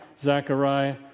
Zechariah